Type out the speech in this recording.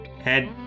Head